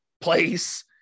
place